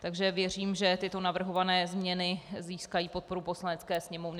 Takže věřím, že tyto navrhované změny získají podporu Poslanecké sněmovny.